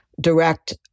direct